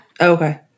Okay